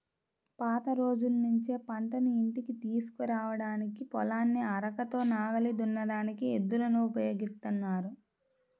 పాత రోజుల్నుంచే పంటను ఇంటికి తీసుకురాడానికి, పొలాన్ని అరకతో నాగలి దున్నడానికి ఎద్దులను ఉపయోగిత్తన్నారు